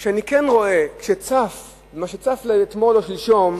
כשאני רואה מה שצף אתמול או שלשום,